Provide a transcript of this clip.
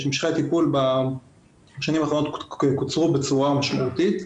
משכי הטיפול בשנים האחרונות קוצרו בצורה משמעותית,